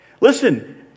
Listen